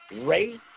Race